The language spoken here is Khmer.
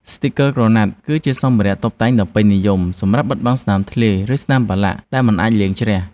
ស្ទីគ័រក្រណាត់ គឺជាសម្ភារៈតុបតែងដ៏ពេញនិយមសម្រាប់បិទបាំងស្នាមធ្លាយ ឬស្នាមប្រឡាក់ដែលមិនអាចលាងជ្រះ។